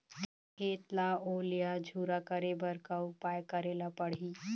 खेत ला ओल या झुरा करे बर का उपाय करेला पड़ही?